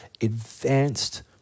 advanced